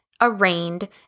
arraigned